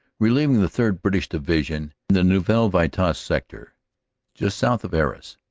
relieving the third. british division in the neuville vitasse sector just south of arras,